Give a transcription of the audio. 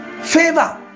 favor